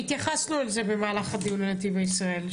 --- התייחסנו לזה במהלך הדיון על נתיבי ישראל.